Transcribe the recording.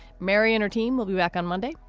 mary and her team will be back on monday.